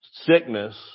Sickness